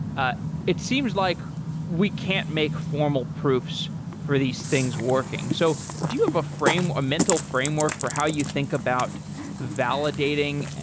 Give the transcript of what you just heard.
ah it seems like we can't make formal proofs for these things working. so do you have a frame, a mental framework for how you think about validating,